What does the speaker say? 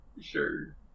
Sure